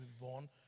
born